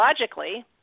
logically